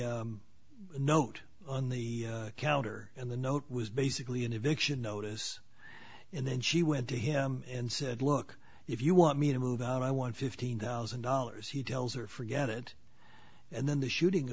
note on the counter and the note was basically an eviction notice and then she went to him and said look if you want me to move out i want fifteen thousand dollars he tells her forget it and then the shooting